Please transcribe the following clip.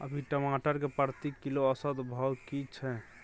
अभी टमाटर के प्रति किलो औसत भाव की छै?